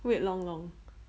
wait long long